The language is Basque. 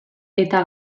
eta